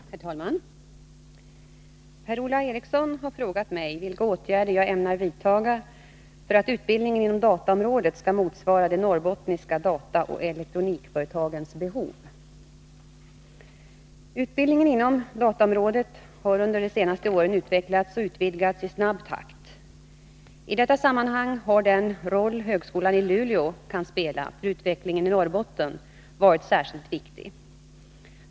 Herr talman! Per-Ola Eriksson har frågat mig vilka åtgärder jag ämnar vidta för att utbildningen inom dataområdet skall motsvara de norrbottniska dataoch elektronikföretagens behov. Utbildningen inom dataområdet har under de senaste åren utvecklats och utvidgats i snabb takt. I detta sammanhang har den roll högskolan i Luleå kan spela för utvecklingen i Norrbotten varit särskilt viktig.